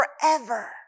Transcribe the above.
forever